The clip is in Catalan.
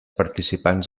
participants